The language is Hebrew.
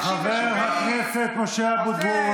חבר הכנסת משה אבוטבול,